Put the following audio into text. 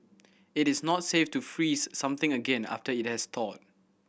it is not safe to freeze something again after it has thawed